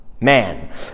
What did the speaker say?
man